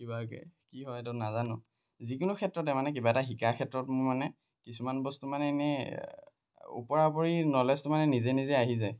কিবাকৈ কি হয়তো নাজানো যিকোনো ক্ষেত্ৰতে মানে কিবা এটা শিকাৰ ক্ষেত্ৰত মোৰ মানে কিছুমান বস্তু মানে এনেই ওপৰা ওপৰি ন'লেজটো মানে নিজে নিজে আহি যায়